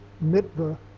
mitzvah